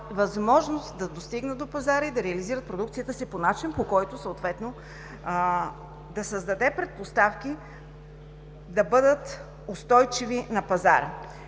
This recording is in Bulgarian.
възможност да достигнат до пазара и да реализират продукцията си по начин, който съответно да създаде предпоставки да бъдат устойчиви на пазара.